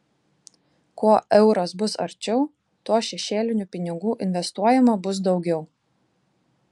kuo euras bus arčiau tuo šešėlinių pinigų investuojama bus daugiau